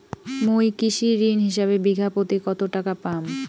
মুই কৃষি ঋণ হিসাবে বিঘা প্রতি কতো টাকা পাম?